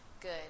Good